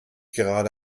gerade